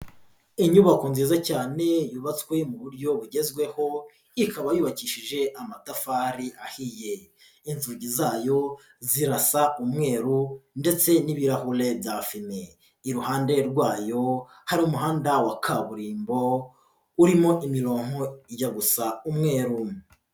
Inyubako nziza cyane yubatswe mu buryo bugezweho, ikaba yubakishije amatafari ahiye, inzugi zayo zirasa umweru ndetse n'ibirahure bya fime iruhande rwayo hari umuhanda wa kaburimbo urimo imirongo ijya gusa umweru.